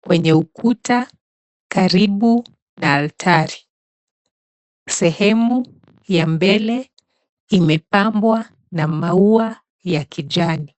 kwenye ukuta karibu na altari. Sehemu ya mbele imepambwa na maua ya kijani.